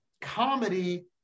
comedy